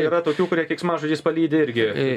yra tokių kurie keiksmažodžiais palydi irgi